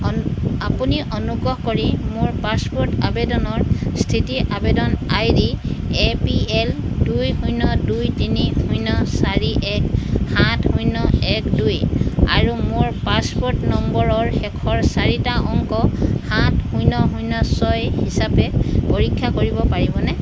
আপুনি অনুগ্ৰহ কৰি মোৰ পাছপোৰ্ট আবেদনৰ স্থিতি আবেদন I D A P L দুই শূন্য দুই তিনি শূন্য চাৰি এক সাত শূন্য এক দুই আৰু মোৰ পাছপোৰ্ট নম্বৰৰ শেষৰ চাৰিটা অংক সাত শূন্য শূন্য ছয় হিচাপে পৰীক্ষা কৰিব পাৰিবনে